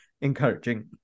encouraging